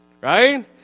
Right